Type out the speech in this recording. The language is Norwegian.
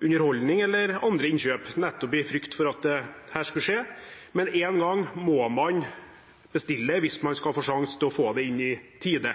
underholdning eller andre innkjøp – nettopp i frykt for at dette skulle skje. Men én gang må man bestille hvis man skal ha en sjanse til å få det i tide,